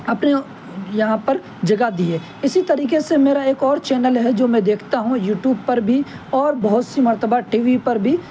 اپنے یہاں پر جگہ دی ہے اسی طریقے سے میرا ایک اور چینل ہے جو میں دیکھتا ہوں یوٹیوب پر بھی اور بہت سی مرتبہ ٹی وی پر بھی